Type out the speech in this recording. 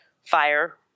fire